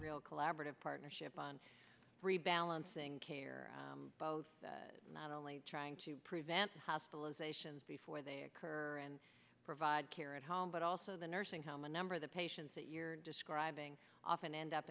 real collaborative partnership on rebalancing care not only trying to prevent hospitalizations before they occur and provide care at home but also the nursing home a number of the patients that you're describing often end up